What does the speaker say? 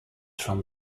from